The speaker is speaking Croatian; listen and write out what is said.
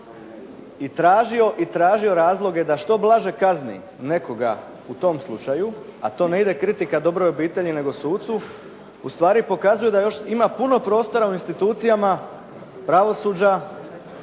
i tražio razloge da što blaže kazni nekoga u tom slučaju, a to ne ide kritika dobroj obitelji nego sucu, ustvari pokazuju da još ima puno prostora u institucijama pravosuđa